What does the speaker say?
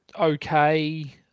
okay